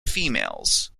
females